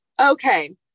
Okay